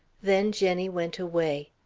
then jenny went away.